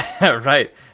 Right